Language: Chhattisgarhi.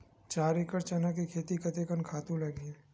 चार एकड़ चना के खेती कतेकन खातु लगही?